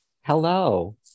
Hello